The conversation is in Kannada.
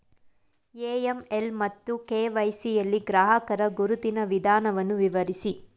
ಎ.ಎಂ.ಎಲ್ ಮತ್ತು ಕೆ.ವೈ.ಸಿ ಯಲ್ಲಿ ಗ್ರಾಹಕರ ಗುರುತಿನ ವಿಧಾನವನ್ನು ವಿವರಿಸಿ?